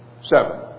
Seven